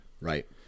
Right